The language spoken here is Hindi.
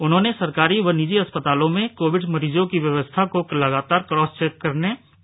उन्होनें सरकारी व निजी अस्पतालों में कोविड मरीजों की व्यवस्था को लगातार क्रास चेक करवाया जाए